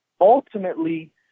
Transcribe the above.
ultimately